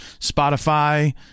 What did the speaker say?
Spotify